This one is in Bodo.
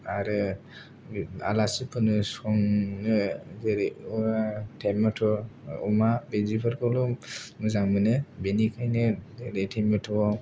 आरो आलासिफोरनो संनो जेरै टेमेट अमा बिदिफोरखौल' मोजां मोनो बिनिखायनो बे टमेटआव